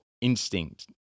instinct